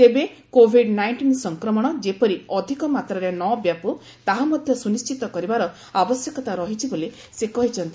ତେବେ covid nineteen ସଂକ୍ରମଣ ଯେପରି ଅଧିକ ମାତ୍ରାରେ ନ ବ୍ୟାପୁ ତାହା ମଧ୍ୟ ସୁନିଶ୍ଚିତ କରିବାର ଆବଶ୍ୟକତା ରହିଛି ବୋଲି ସେ କହିଛନ୍ତି